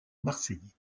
marseillais